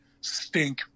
stink